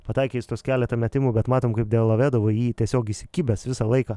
pataikė jis tuos keletą metimų bet matom kaip delovedova į jį tiesiog įsikibęs visą laiką